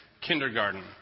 Kindergarten